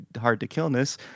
hard-to-killness